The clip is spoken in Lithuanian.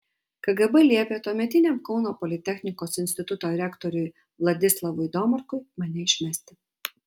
kgb liepė tuometiniam kauno politechnikos instituto rektoriui vladislavui domarkui mane išmesti